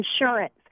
insurance